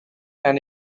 and